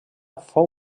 fou